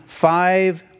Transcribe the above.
Five